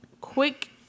quick